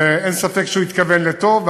אין ספק שהוא התכוון לטוב,